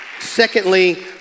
Secondly